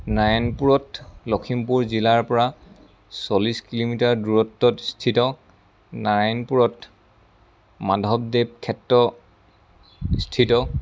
নাৰায়ণপুৰত লখিমপুৰ জিলাৰ পৰা চল্লিছ কিলোমিটাৰ দূৰত্বত স্থিত নাৰায়ণপুৰত মাধৱদেৱ ক্ষেত্ৰ স্থিত